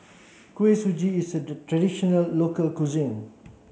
Kuih Suji is a the traditional local cuisine